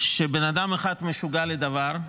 שבהם בן אדם אחד, משוגע לדבר,